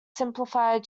simplified